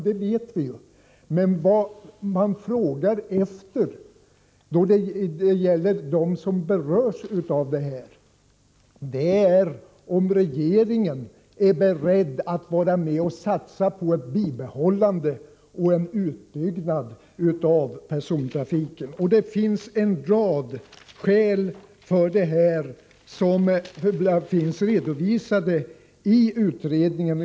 Detta vet vi ju. Vad de som berörs frågar efter är om regeringen är beredd att vara med och satsa på ett bibehållande och en utbyggnad av persontrafiken. Det finns en rad skäl för att behålla trafiken, som finns redovisade i utredningen.